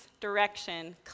direction